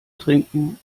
trinken